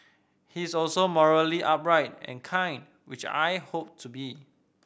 he is also morally upright and kind which I hope to be